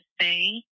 say